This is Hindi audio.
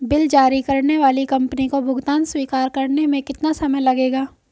बिल जारी करने वाली कंपनी को भुगतान स्वीकार करने में कितना समय लगेगा?